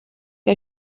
que